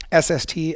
SST